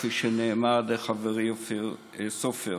כפי שנאמר על ידי חברי אופיר סופר,